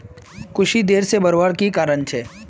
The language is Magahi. कुशी देर से बढ़वार की कारण छे?